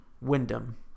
Wyndham